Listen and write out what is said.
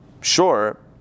Sure